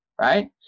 right